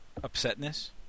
Upsetness